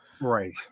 right